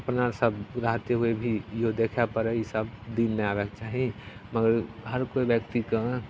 अपना सभके रहिते होइ भी ईहो देखै पड़ै ईसब दिन नहि आबैके चाही मगर हर कोइ व्यक्तिके